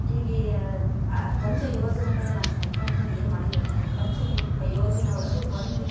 ಹೀಗೆ ಪಂಚ ಯೋಜನೆಗಳು ನಮ್ಮ ಸರ್ಕಾರ್ದರ ಏನು ಮಾಡಿದರಲ್ಲ ಈ ಪಂಚನೆ ಕ ಯೋಜನೆ ಒಳಗೆ ಒಂದು